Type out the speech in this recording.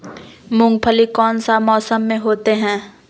मूंगफली कौन सा मौसम में होते हैं?